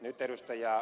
nyt ed